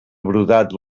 brodat